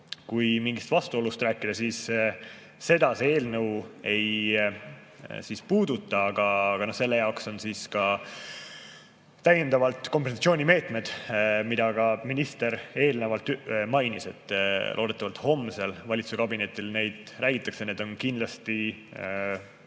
Kui mingist vastuolust rääkida, siis seda see eelnõu ei puuduta, aga selle jaoks on täiendavad kompensatsioonimeetmed, mida ka minister eelnevalt mainis. Loodetavalt homsel valitsuskabineti [istungil] neist räägitakse. Need on kindlasti,